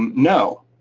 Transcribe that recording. no.